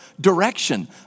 direction